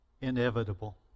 inevitable